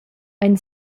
ein